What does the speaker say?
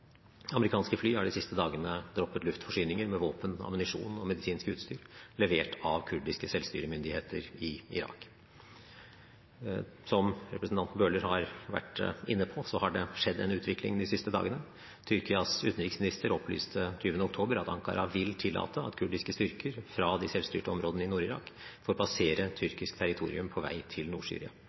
Amerikanske fly har de siste dagene droppet luftforsyninger med våpen, ammunisjon og medisinsk utstyr levert av kurdiske selvstyremyndigheter i Irak. Som representanten Bøhler har vært inne på, har det skjedd en utvikling de siste dagene. Tyrkias utenriksminister opplyste 20. oktober at Ankara vil tillate at kurdiske styrker fra de selvstyrte områdene i Nord-Irak får passere tyrkisk territorium på vei til